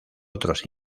otros